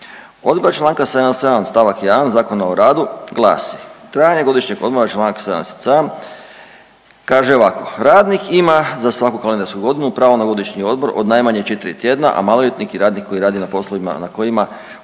Odredba čl. 77. st. 1. Zakona o radu glasi trajanje godišnjeg odmora čl. 77. kaže ovako „Radnik ima za svaku kalendarsku godinu pravo na godišnji odmor od najmanje četri tjedna, a maloljetnik i radnik koji radi na poslovima na kojima uz